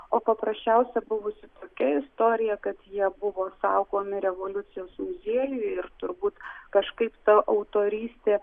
o paprasčiausia buvusi tokia istorija kad jie buvo saugomi revoliucijos muziejuje ir turbūt kažkaip ta autorystė